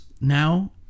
now